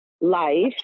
life